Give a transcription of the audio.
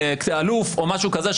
אלוף או משהו כזה,